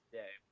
day